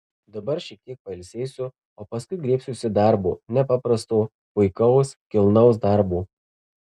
dabar šiek tiek pailsėsiu o paskui griebsiuosi darbo nepaprasto puikaus kilnaus darbo